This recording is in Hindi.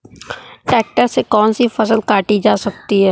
ट्रैक्टर से कौन सी फसल काटी जा सकती हैं?